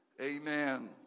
Amen